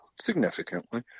significantly